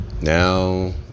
Now